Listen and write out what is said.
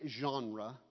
genre